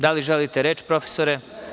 Da li želite reč profesore?